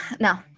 No